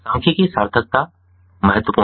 सांख्यिकीय सार्थकता महत्वपूर्ण है